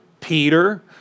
Peter